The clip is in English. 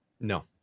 No